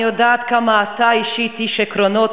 אני יודעת עד כמה אתה אישית איש עקרונות